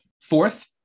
Fourth